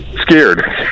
scared